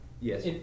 yes